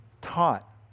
taught